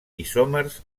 isòmers